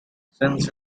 since